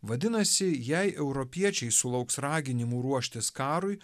vadinasi jei europiečiai sulauks raginimų ruoštis karui